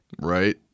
Right